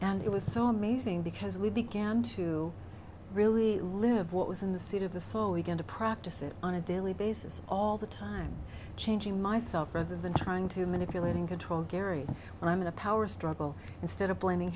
and it was so amazing because we began to really live what was in the seat of the soul we get to practice it on a daily basis all the time changing myself rather than trying to manipulate and control gary when i'm in a power struggle instead of blaming